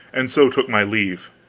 and so took my leave.